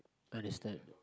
understand